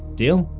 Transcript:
deal?